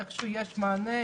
איכשהו יש מענה,